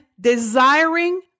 desiring